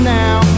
now